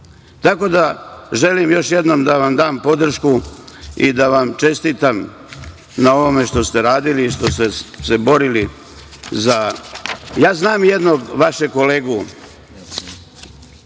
razumete? Želim još jednom da vam dam podršku i da vam čestitam na ovome što ste radili i što ste se borili. Ja znam jednog vašeg kolegu